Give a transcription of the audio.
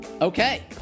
Okay